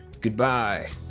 goodbye